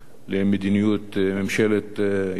למדיניות ממשלת ישראל,